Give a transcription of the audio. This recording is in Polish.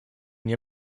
nie